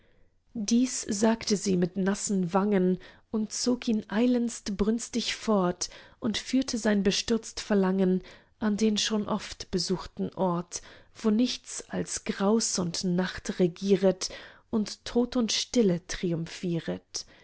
dies sagte sie mit nassen wangen und zog ihn eilends brünstig fort und führte sein bestürzt verlangen an den schon oft besuchten ort wo nichts als graus und nacht regieret und tod und stille